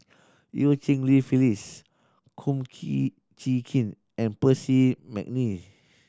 Eu Cheng Li Phyllis Kum Chee Kin and Percy McNeice